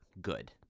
good